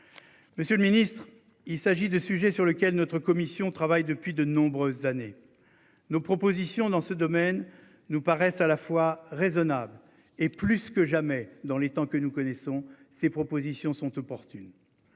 Monsieur le Ministre, il s'agit de sujet sur lequel notre commission travaille depuis de nombreuses années. Nos propositions dans ce domaine nous paraissent à la fois raisonnable et plus que jamais dans les temps que nous connaissons ces propositions sont opportunes.